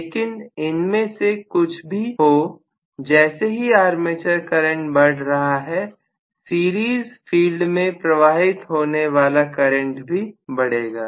लेकिन इनमें से कुछ भी हो जैसे ही आर्मेचर करंट बढ़ रहा है शिरीन फील्ड में प्रवाहित होने वाला करंट भी बढ़ेगा